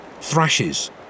Thrashes